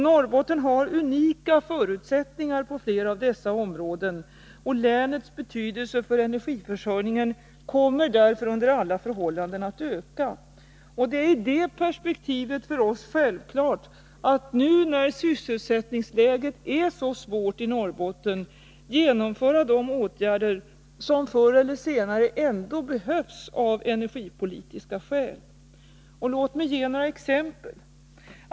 Norrbotten har unika förutsättningar på flera av dessa områden. Länets betydelse för energiförsörjningen kommer därför under alla förhållanden att öka. Det är i det perspektivet för oss självklart att nu — när sysselsättningsläget är så svårt i Norrbotten — genomföra de åtgärder som förr eller senare ändå behövs av energipolitiska skäl. Låt mig ge några exempel.